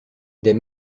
des